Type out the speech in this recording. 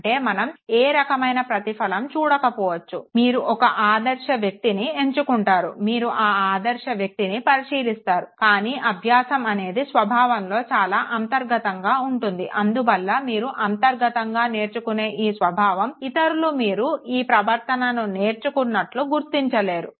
అంటే మనం ఏ రకమైన ప్రతిఫలం చూడకపోవచ్చు మీరు ఒక ఆదర్శ వ్యక్తిని ఎంచుకుంటారు మీరు ఆ ఆదర్శ వ్యతిని పరిశీలిస్తారు కానీ అభ్యాసం అనేది స్వభావంలో చాలా అంతర్గతంగా ఉంటుంది అందువల్ల మీరు అంతర్గతంగా నేర్చుకునే ఈ స్వభావం ఇతరులు మీరు ఈ ప్రవర్తనను నేర్చుకున్నట్టు గుర్తించలేరు